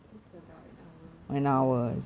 takes about an hour ya